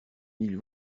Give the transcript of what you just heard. ils